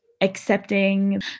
accepting